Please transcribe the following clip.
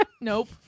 Nope